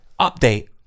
Update